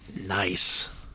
Nice